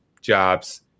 jobs